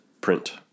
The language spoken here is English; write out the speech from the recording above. print